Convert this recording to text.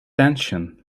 tension